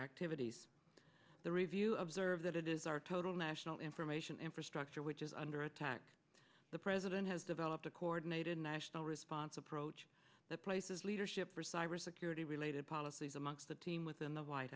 activities the review observed that it is our total national information infrastructure which is under attack the president has developed a coordinated national response approach that places leadership for cybersecurity related policies amongst the team within the white